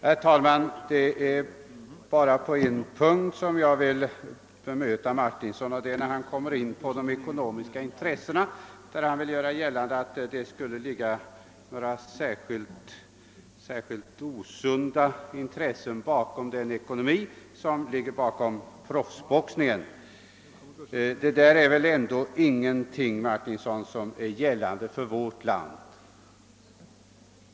Herr talman! Jag ville bara bemöta vad herr Martinsson sade om de ekonomiska intressena. Han vill göra gällande, att det skulle ligga några särskilt osunda ekonomiska intressen bakom proffsboxningen. Men detta, herr Martinsson, är väl ändå inte någonting som gäller förhållandena i vårt land.